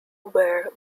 were